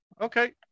Okay